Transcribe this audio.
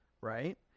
right